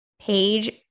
page